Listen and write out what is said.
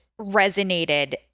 resonated